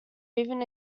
even